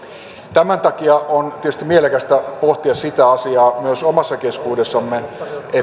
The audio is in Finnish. tämän takia on tietysti mielekästä pohtia sitä asiaa myös omassa keskuudessamme